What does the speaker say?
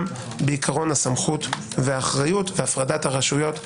בעיקרון הסמכות והאחריות והפרדת הרשויות בשיטתנו.